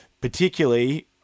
particularly